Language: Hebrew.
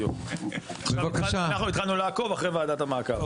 אנחנו התחלנו לעקוב אחרי ועדת המעקב.